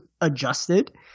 adjusted